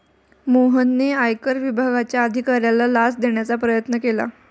मोहनने आयकर विभागाच्या अधिकाऱ्याला लाच देण्याचा प्रयत्न केला